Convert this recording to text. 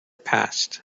passed